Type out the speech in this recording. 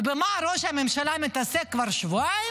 ובמה ראש הממשלה מתעסק כבר שבועיים?